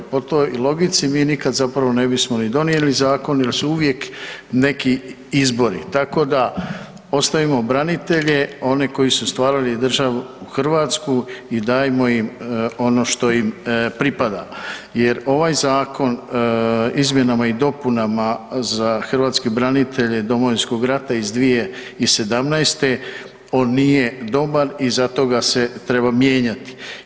Po toj logici mi nikad zapravo ne bismo ni donijeli zakon jer su uvijek neki izbori tako da ostavimo branitelje, one koji stvarali državu Hrvatsku i dajmo im ono što im pripada jer ovaj zakon izmjenama i dopunama za hrvatske branitelje Domovinskog rata iz 2017., on nije dobar i zato ga se treba mijenjati.